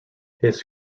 his